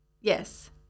Yes